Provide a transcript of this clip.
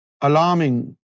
alarming